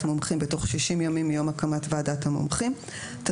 המומחים בתוך 60 ימים מיום הקמת ועדת המומחים,